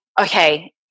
okay